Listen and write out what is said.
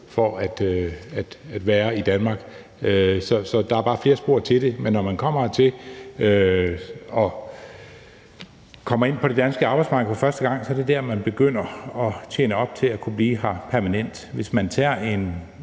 for at være i Danmark. Så der er bare flere spor til det. Men når man kommer hertil og kommer ind på det danske arbejdsmarked for første gang, er det der, man begynder at tjene op til at kunne blive her permanent. Hvis man tager en